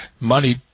money